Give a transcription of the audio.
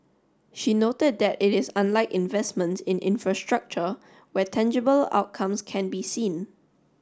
she noted that it is unlike investments in infrastructure where tangible outcomes can be seen